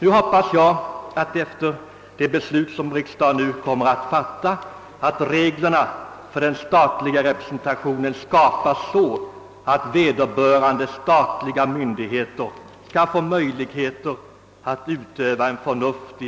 I min skrivelse till statsrevisorerna fastslog jag att representation inom den statliga sektorn är av stor principiell betydelse och att enhetliga och väl avvägda normer på området med det snaraste borde tillskapas.